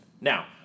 Now